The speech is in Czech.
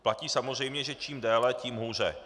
Platí samozřejmě, že čím déle, tím hůře.